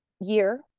year